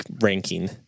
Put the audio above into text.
ranking